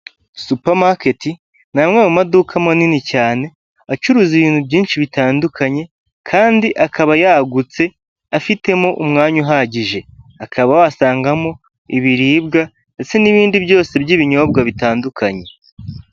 Supamaketi ni amwe mu maduka manini cyane acuruza ibintu byinshi bitandukanye kandi akaba yagutse afitemo umwanya uhagije, akaba wasangamo ibiribwa ndetse n'ibindi byose by'ibinyobwa bitandukanye.